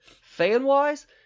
fan-wise